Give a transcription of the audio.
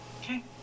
okay